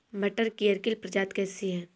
मटर की अर्किल प्रजाति कैसी है?